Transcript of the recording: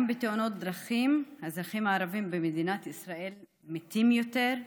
גם בתאונות דרכים האזרחים הערבים במדינת ישראל מתים יותר,